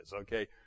okay